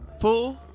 fool